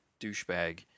douchebag